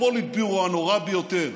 לפוליטביורו הנורא ביותר,